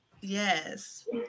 Yes